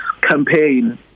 campaign